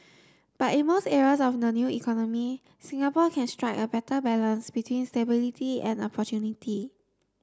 but in most areas of the new economy Singapore can strike a better balance between stability and opportunity